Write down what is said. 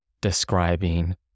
describing